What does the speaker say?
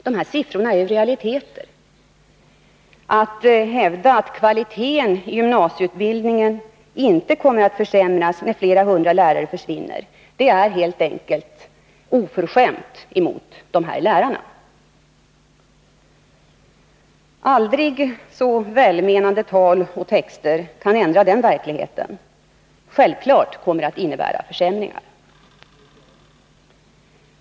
De siffrorna är realiteter. Att hävda att kvaliteten i gymnasieutbildningen inte kommer att försämras när flera hundra lärare försvinner är helt enkelt oförskämt mot de lärarna. Aldrig så välmenande tal och texter kan inte ändra den verkligheten. Självfallet kommer detta att innebära försämringar.